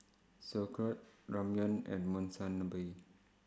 Sauerkraut Ramyeon and Monsunabe